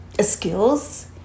skills